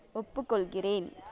ஒப்புக்கொள்கிறேன்